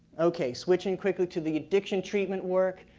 okay, switching quickly to the addiction treatment work.